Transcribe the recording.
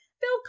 Bill